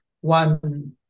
one